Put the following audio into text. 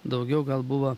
daugiau gal buvo